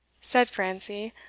said francie,